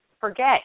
forget